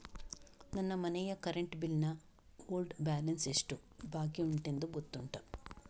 ನನ್ನ ಮನೆಯ current bill ನ ಓಲ್ಡ್ ಬ್ಯಾಲೆನ್ಸ್ ಎಷ್ಟು ಬಾಕಿಯುಂಟೆಂದು ಗೊತ್ತುಂಟ?